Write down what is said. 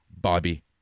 Bobby